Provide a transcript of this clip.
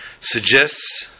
suggests